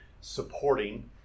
supporting